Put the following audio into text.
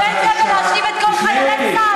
אבל בין זה לבין להאשים את כל חיילי צה"ל,